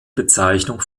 bezeichnung